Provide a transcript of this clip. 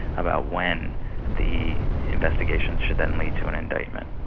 about when the investigation should then lead to an indictment.